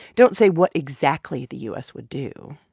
don't say what exactly the u s. would do.